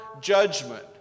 judgment